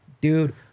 Dude